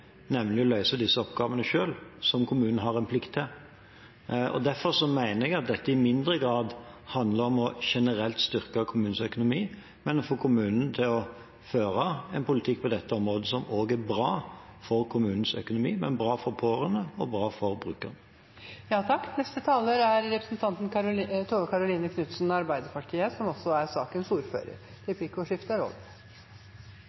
nemlig å løse disse oppgavene selv, som kommunen har en plikt til. Derfor mener jeg at dette i mindre grad handler om generelt å styrke kommunenes økonomi; det handler om å få kommunene til å føre en politikk på dette området som er bra for kommunenes økonomi, men også bra for pårørende og bra for